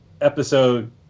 episode